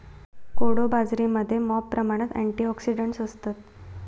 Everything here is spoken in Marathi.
कोडो बाजरीमध्ये मॉप प्रमाणात अँटिऑक्सिडंट्स असतत